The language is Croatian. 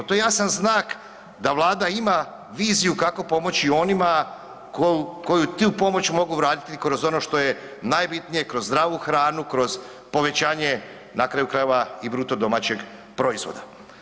To je jasan znak da vlada ima viziju kako pomoći onima koji tu pomoć mogu vratiti kroz ono što je najbitnije kroz zdravu hranu, kroz povećanje na kraju krajeva i bruto domaćeg proizvoda.